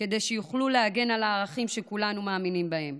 כדי שיוכלו להגן על הערכים שכולנו מאמינים בהם.